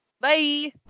Bye